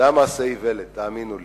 זה היה מעשה איוולת, תאמינו לי.